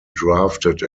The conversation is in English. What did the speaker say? drafted